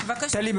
טלי,